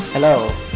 Hello